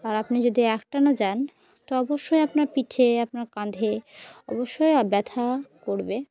আর আপনি যদি একটা না যান তো অবশ্যই আপনার পিঠে আপনার কাঁধে অবশ্যই ব্যথা করবে